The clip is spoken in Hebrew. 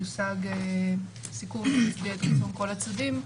שיושג סיכום שיתקבל על כל הצדדים,